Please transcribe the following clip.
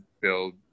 build